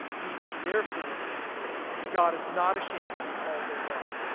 he says, therefore god is not ashamed to be called their god.